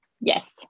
Yes